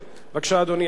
בבקשה, אדוני, עשר דקות.